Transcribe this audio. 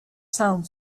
sound